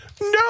No